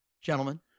gentlemen